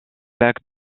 lacs